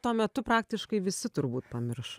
tuo metu praktiškai visi turbūt pamiršo